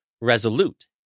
resolute